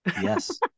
Yes